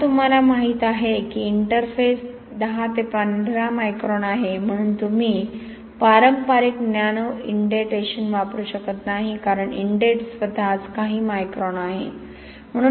आता तुम्हाला माहिती आहे की इंटरफेस 10 ते 15 मायक्रॉन आहे म्हणून तुम्ही पारंपारिक नॅनो इंडेंटेशन वापरू शकत नाही कारण इंडेंट स्वतःच काही मायक्रॉन आहे